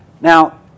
Now